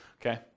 Okay